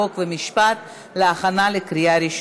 חוק ומשפט נתקבלה.